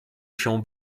się